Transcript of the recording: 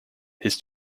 his